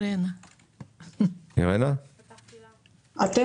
אין